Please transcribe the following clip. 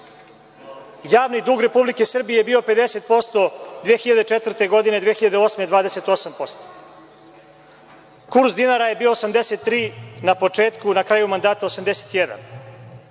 Javni dug Republike Srbije je bio 50% 2004, a 2008. godine 28%. Kurs dinara je bio 83 na početku, a na kraju mandata 81.